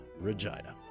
Regina